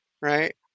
right